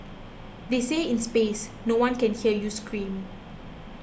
they say in space no one can hear you scream